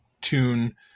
tune